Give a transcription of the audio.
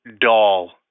doll